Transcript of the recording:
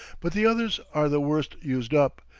but the others are the worst used up,